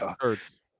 Hurts